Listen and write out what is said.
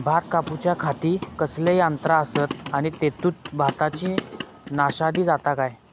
भात कापूच्या खाती कसले यांत्रा आसत आणि तेतुत भाताची नाशादी जाता काय?